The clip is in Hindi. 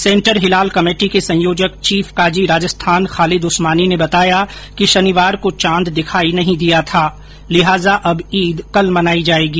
सेन्टर हिलाल कमेटी के संयोजक चीफ काजी राजस्थान खालिद उस्मानी ने बताया कि शनिवार को चांद दिखाई नहीं दिया था लिहाजा अब ईद कल मनाई जायेगी